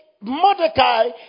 Mordecai